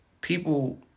people